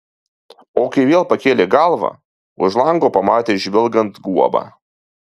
o kai vėl pakėlė galvą už lango pamatė žvilgant guobą